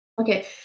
Okay